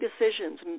decisions